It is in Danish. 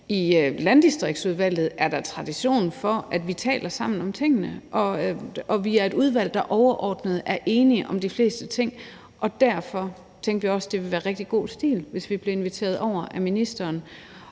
i Landdistriktsudvalget er tradition for, at vi taler sammen om tingene, og vi er et udvalg, der overordnet er enige om de fleste ting. Derfor tænkte vi også, at det ville være rigtig god stil, hvis vi blev inviteret over af ministeren.